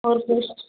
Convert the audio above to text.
ਹੋਰ ਕੁਛ